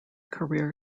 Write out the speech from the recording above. career